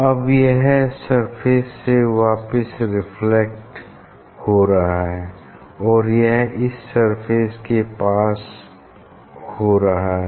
अब यह इस सरफेस से वापिस रिफ्लेक्ट हो रहा है और यह इस सरफेस से पास हो रहा है